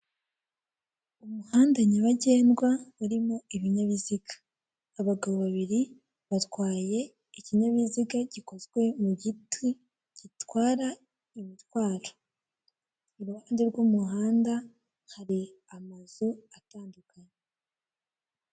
Umuhanda nyabagendwa, urimo ibinyabizga, abagabo babiri batwaye ikinyabiziga gikozwe mu giti, gitwara imitwaro, iruhande rw'umuhanda hari amazu atandukanye.